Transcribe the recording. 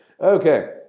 Okay